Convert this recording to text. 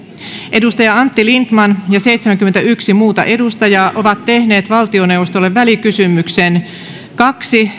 edustaja antti lindtman ja seitsemänkymmentäyksi muuta edustajaa ovat tehneet valtioneuvostolle välikysymyksen kaksi